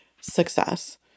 Success